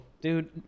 Dude